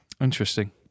Interesting